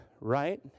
right